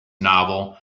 novel